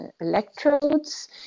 electrodes